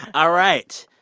all right.